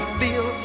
feel